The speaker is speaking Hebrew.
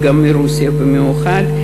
ומרוסיה במיוחד.